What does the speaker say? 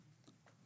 בבקשה.